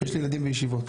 יש לי ילדים בישיבות.